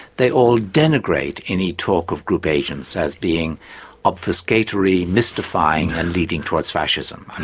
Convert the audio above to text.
they all denigrate any talk of group agents as being obfuscatory, mystifying and leading towards fascism. and